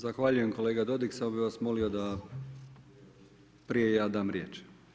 Zahvaljujem kolega Dodig, samo bi vas molio da prije ja dam riječ.